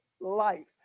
life